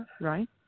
Right